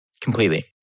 completely